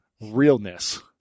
realness